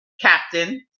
captain